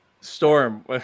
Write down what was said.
Storm